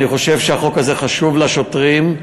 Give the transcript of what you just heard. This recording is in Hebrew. אני חושב שהחוק הזה חשוב לשוטרים,